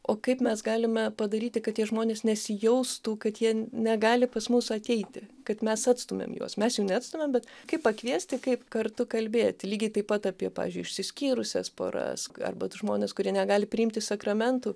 o kaip mes galime padaryti kad tie žmonės nesijaustų kad jie negali pas mus ateiti kad mes atstumiam juos mes jų neatstumiam bet kaip pakviesti kaip kartu kalbėti lygiai taip pat apie pavyzdžiui išsiskyrusias poras arba žmones kurie negali priimti sakramentų